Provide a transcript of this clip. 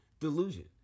delusion